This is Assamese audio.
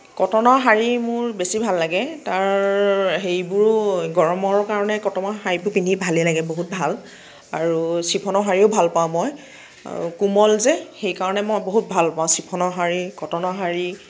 কটনৰ শাৰী মোৰ বেছি ভাল লাগে তাৰ হেৰিবোৰো গৰমৰ কাৰণে কটনৰ শাৰীবোৰ পিন্ধি ভালেই লাগে বহুত ভাল আৰু চিফনৰ শাৰীও ভাল পাওঁ মই কোমল যে সেইকাৰণে মই বহুত ভাল পাওঁ চিফনৰ শাৰী কটনৰ শাৰী